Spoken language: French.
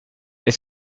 est